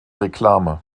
reklame